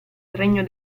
regno